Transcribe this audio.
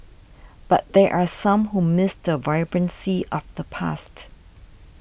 but there are some who miss the vibrancy of the past